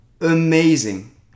Amazing